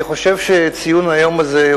אני חושב שציון היום הזה,